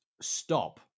stop